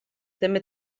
també